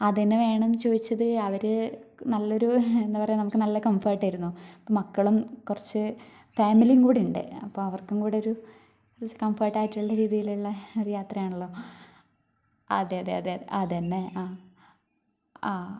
അതെന്നെ വേണന്ന് ചോദിച്ചത് അവര് നല്ലൊരു എന്താപറയുക നമുക്ക് നല്ല കംഫർട്ടായിരിന്നു മക്കളും കുറച്ചു ഫാമിലിയും കൂടിണ്ട് അപ്പോ അവർക്കും കൂടെ ഒരു കംഫർട്ടായിട്ടുള്ള രീതിയിലുള്ള ഒരു യാത്രയാണല്ലോ അതെ അതെ അതെ അതെന്നെ ആ ആ